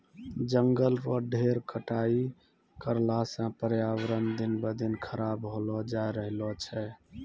जंगल रो ढेर कटाई करला सॅ पर्यावरण दिन ब दिन खराब होलो जाय रहलो छै